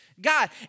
God